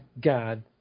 God